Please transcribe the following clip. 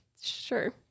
sure